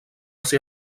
ser